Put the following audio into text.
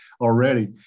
already